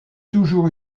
toujours